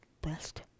best